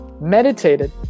meditated